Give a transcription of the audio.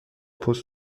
پست